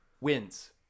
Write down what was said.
Wins